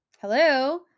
Hello